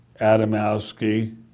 Adamowski